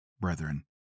Brethren